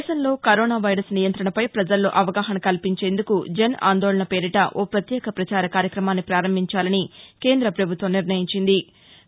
దేశంలో corona virus నియంతణపై పజల్లో అవగాహన కల్పించేందుకు జన్ ఆందోళన్ పేరిట ఓ ప్రత్యేక ప్రచార కార్యక్రమాన్ని ప్రారంభించాలని కేంద్రపభుత్వం నిర్ణయించింది